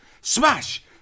Smash